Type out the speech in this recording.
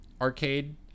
arcade